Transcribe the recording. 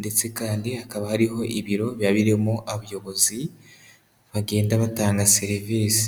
ndetse kandi hakaba hariho ibiro biba birimo abayobozi bagenda batanga serivisi.